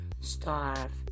starve